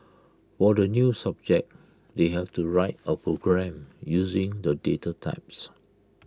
for the new subject they have to write A program using the data types